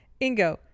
Ingo